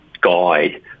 guide